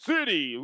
City